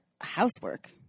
housework